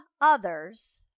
others